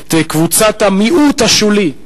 שמעתי את קבוצת המיעוט השולי,